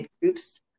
groups